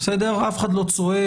אף אחד לא צועק.